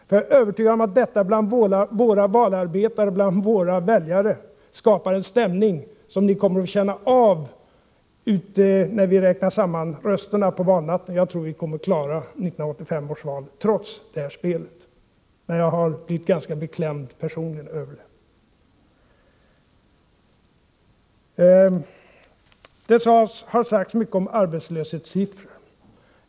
Jag är övertygad om att detta bland våra valarbetare och bland våra väljare skapar en stämning som ni kommer att få känna av när vi räknar samman rösterna på valnatten. Jag tror att vi kommer att klara 1985 års val trots det här spelet. Men jag har personligen blivit ganska beklämd över det. Det har talats mycket om arbetslöshetssiffror.